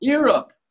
Europe